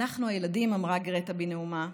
"אנחנו, הילדים", אמרה גרטה בנאומה,